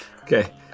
Okay